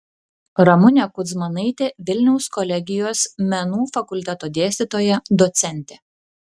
ramunė kudzmanaitė vilniaus kolegijos menų fakulteto dėstytoja docentė